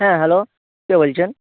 হ্যাঁ হ্যালো কে বলছেন